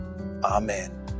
Amen